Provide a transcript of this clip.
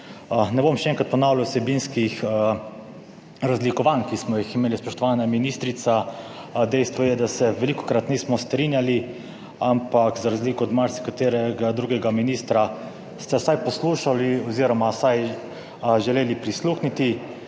Ne bom še enkrat ponavljal vsebinskih razlikovanj, ki smo jih imeli, spoštovana ministrica. Dejstvo je, da se velikokrat nismo strinjali, ampak za razliko od marsikaterega drugega ministra ste vsaj poslušali oziroma vsaj želeli prisluhniti,